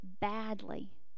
badly